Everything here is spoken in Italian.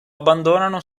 abbandonano